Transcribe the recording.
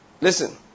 Listen